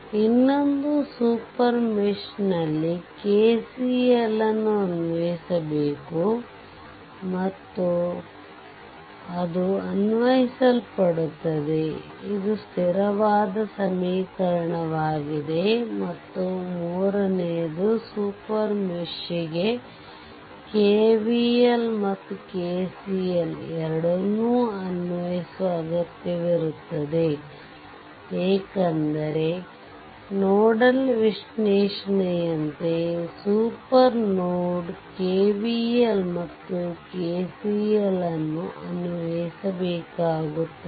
ಇನ್ನೊಂದು super mesh ನಲ್ಲಿ KCL ಅನ್ನು ಅನ್ವಯಿಸಬೇಕು ಮತ್ತು ಅದು ಅನ್ವಯಿಸಲ್ಪಡುತ್ತದೆ ಮತ್ತು ಇದು ಸ್ಥಿರವಾದ ಸಮೀಕರಣವಾಗಿದೆ ಮತ್ತು ಮೂರನೆಯದು ಸೂಪರ್ ಮೆಶ್ಗೆ KVLಮತ್ತು KCL ಎರಡನ್ನೂ ಅನ್ವಯಿಸುವ ಅಗತ್ಯವಿರುತ್ತದೆ ಏಕೆಂದರೆ ನೋಡಲ್ ವಿಶ್ಲೇಷಣೆಯಂತೆ ಸೂಪರ್ ನೋ ಡ್ ಕೆವಿಎಲ್ ಮತ್ತು ಕೆಸಿಎಲ್ ಅನ್ನು ಅನ್ವಯಿಸಬೇಕಾಗುತ್ತದೆ